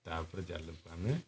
ତାପରେ ଜାଲକୁ ଆମେ